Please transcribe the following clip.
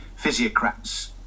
physiocrats